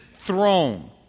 throne